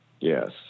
Yes